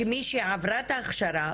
שמישהו עברה את ההכשרה,